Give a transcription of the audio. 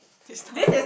his turn